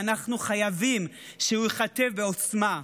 ואנחנו חייבים שהוא ייכתב בעוצמה.